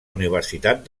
universitat